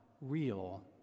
real